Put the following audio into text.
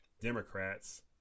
Democrats